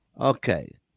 Okay